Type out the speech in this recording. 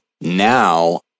now